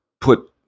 put